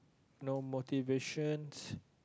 no motivation